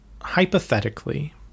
hypothetically